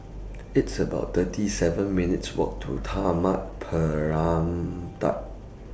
It's about thirty seven minutes' Walk to Taman Permata